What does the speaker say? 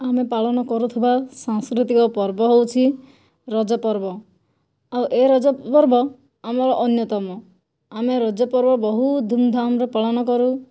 ଆମେ ପାଳନ କରୁଥିବା ସାଂସ୍କୃତିକ ପର୍ବ ହେଉଛି ରଜ ପର୍ବ ଆଉ ଏ ରଜ ପର୍ବ ଆମର ଅନ୍ୟତମ ଆମେ ରଜ ପର୍ବ ବହୁ ଧୁମ୍ଧାମ୍ରେ ପାଳନ କରୁ